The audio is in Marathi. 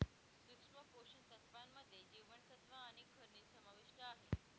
सूक्ष्म पोषण तत्त्वांमध्ये जीवनसत्व आणि खनिजं समाविष्ट आहे